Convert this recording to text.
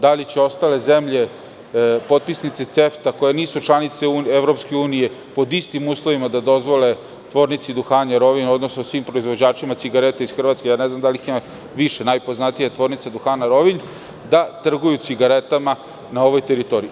Da li će ostale zemlje potpisnice CEFTA, koje nisu članice EU, pod istim uslovima dozvoliti Tvornici duhana Rovinj, odnosno svim proizvođačima cigareta iz Hrvatske, ne znam da li ih ima više, ali je najpoznatija Tvornica duhana Rovinj, da trguju cigaretama na ovoj teritoriji?